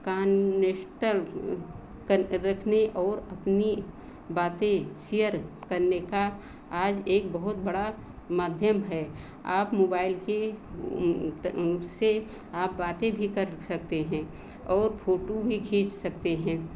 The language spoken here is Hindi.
कानेश्टर कन रखने और अपनी बातें शेयर करने का आज एक बहुत बड़ा माध्यम है आप मोबाइल के उनसे आप बातें भी कर सकते हैं और फोटो भी खींच सकते हैं